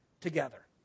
together